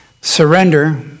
Surrender